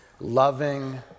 loving